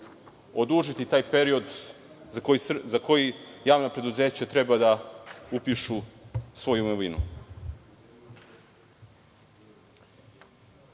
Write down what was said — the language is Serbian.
odužiti taj period za koji javna preduzeća treba da upišu svoju imovinu? Ono